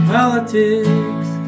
Politics